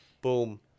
boom